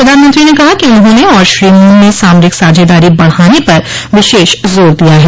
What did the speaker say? प्रधानमंत्री ने कहा कि उन्होंने और श्री मून ने सामरिक साझेदारी बढ़ाने पर विशेष जोर दिया है